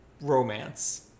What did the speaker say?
romance